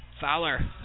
Fowler